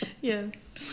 Yes